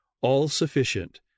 all-sufficient